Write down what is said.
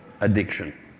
addiction